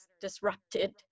disrupted